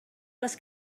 les